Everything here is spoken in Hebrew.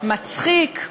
מצחיק,